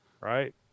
Right